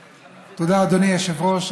תודה, אדוני היושב-ראש.